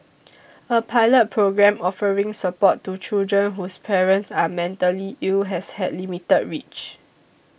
a pilot programme offering support to children whose parents are mentally ill has had limited reach